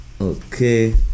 Okay